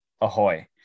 ahoy